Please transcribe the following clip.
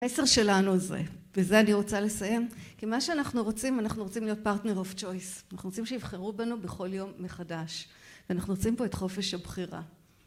המסר שלנו הוא זה. וזה אני רוצה לסיים. כי מה שאנחנו רוצים, אנחנו רוצים להיות פרטנר אוף צ'וייס. אנחנו רוצים שיבחרו בנו בכל יום מחדש. ואנחנו רוצים פה את חופש הבחירה.